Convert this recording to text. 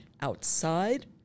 outside